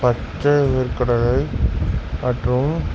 பச்சை வேர்க்கடலை மற்றும்